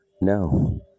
No